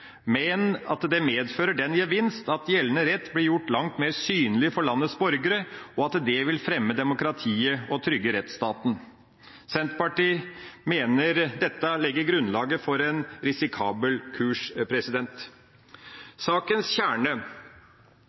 men at det medfører den gevinst at gjeldende rett blir gjort langt mer synlig for landets borgere, og at det vil fremme demokratiet og trygge rettsstaten. Senterpartiet mener dette legger grunnlaget for en risikabel kurs. Sakens kjerne